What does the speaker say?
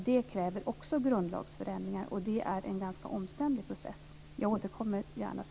Det kräver också grundlagsförändringar, och det är en ganska omständlig process.